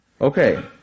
okay